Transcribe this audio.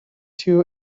two